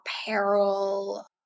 apparel